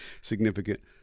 significant